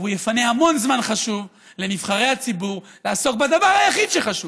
והוא יפנה המון זמן חשוב לנבחרי הציבור לעסוק בדבר היחיד שחשוב,